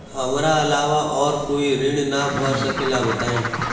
हमरा अलावा और कोई ऋण ना भर सकेला बताई?